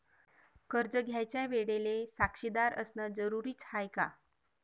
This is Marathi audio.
कर्ज घ्यायच्या वेळेले साक्षीदार असनं जरुरीच हाय का?